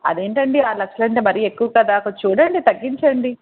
అది ఏంటి అండి ఆరు లక్షలు అంటే మరీ ఎక్కువ కాదా కొంచెం చుడండి తగ్గించండి